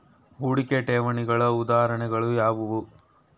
ಹೂಡಿಕೆ ಠೇವಣಿಗಳ ಉದಾಹರಣೆಗಳು ಯಾವುವು?